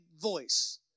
voice